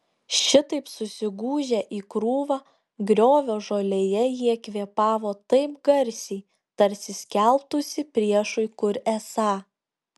šitaip susigūžę į krūvą griovio žolėje jie kvėpavo taip garsiai tarsi skelbtųsi priešui kur esą